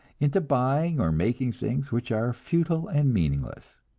into buying or making things which are futile and meaningless.